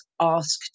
asked